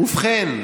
אנשים,